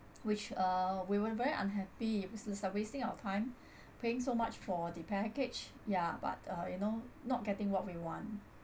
which uh we were very unhappy because it's uh wasting our time paying so much for the package ya but uh you know not getting what we want